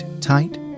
tight